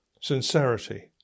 sincerity